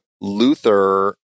Luther